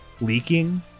leaking